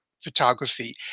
photography